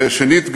ושנית,